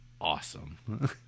awesome